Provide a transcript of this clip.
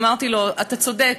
אמרתי לו: אתה צודק.